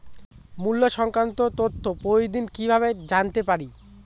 মুল্য সংক্রান্ত তথ্য প্রতিদিন কিভাবে জানতে পারি?